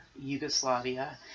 Yugoslavia